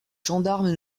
gendarmes